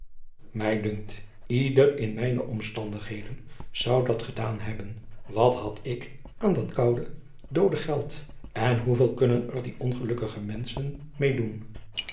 dunkt ieder in mijne omstandigheden zou dat gedaan hebben wat had ik aan dat koude doode geld en hoeveel kunnen er die ongelukkige menschen mede